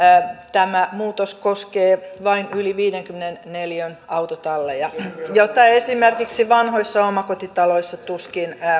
tämä muutos koskee vain yli viidenkymmenen neliön autotalleja joita esimerkiksi vanhoissa omakotitaloissa tuskin